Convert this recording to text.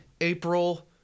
April